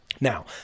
Now